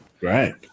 right